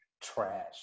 Trash